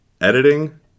editing